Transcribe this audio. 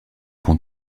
pont